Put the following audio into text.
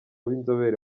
b’inzobere